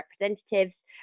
representatives